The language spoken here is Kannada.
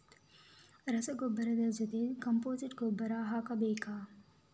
ರಸಗೊಬ್ಬರದ ಜೊತೆ ಕಾಂಪೋಸ್ಟ್ ಗೊಬ್ಬರ ಹಾಕಬೇಕಾ?